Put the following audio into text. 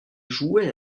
jouait